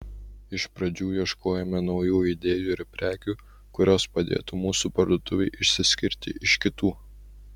iš pradžių ieškojome naujų idėjų ir prekių kurios padėtų mūsų parduotuvei išsiskirti iš kitų